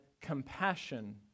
compassion